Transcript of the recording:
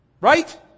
Right